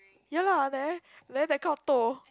ya lah there there that kind of toh